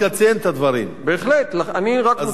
בהחלט, אני רק נותן אותם כדוגמה.